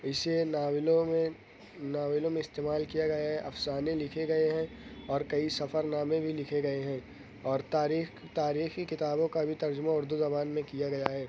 اسے ناولوں میں ناولوں میں استعمال کیا گیا ہے افسانے لکھے گئے ہیں اور کئی سفر نامے بھی لکھے گئے ہیں اور تاریخ تاریخ کی کتابوں کا جو ترجمہ بھی اردو زبان میں کیا گیا ہے